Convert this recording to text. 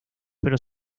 pero